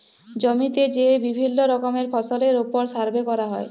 জমিতে যে বিভিল্য রকমের ফসলের ওপর সার্ভে ক্যরা হ্যয়